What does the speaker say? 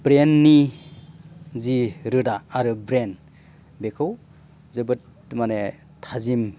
ब्रेइननि जे रोदा आरो ब्रेइन बेखौ जोबोद माने थाजिम